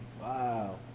Wow